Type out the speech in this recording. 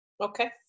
Okay